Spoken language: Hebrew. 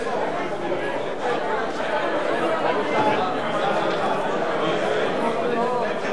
חוק שירות המדינה (מינויים)